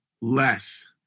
less